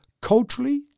culturally